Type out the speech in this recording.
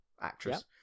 actress